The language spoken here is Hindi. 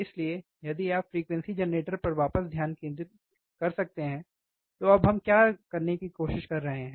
इसलिए यदि आप फ़्रीक्वेंसी जेनरेटर पर वापस ध्यान केंद्रित कर सकते हैं तो अब हम क्या करने की कोशिश कर रहे हैं